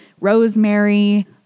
rosemary